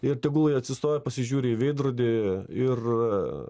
ir tegul jie atsistoja pasižiūri į veidrodį ir